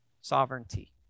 Sovereignty